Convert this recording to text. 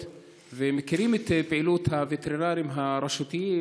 ומכירים את פעילות הווטרינרים הרשותיים,